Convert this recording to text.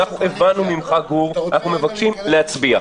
אנחנו הבנו ממך, גור, אנחנו מבקשים להצביע.